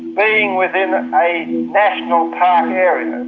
being within a national park area, and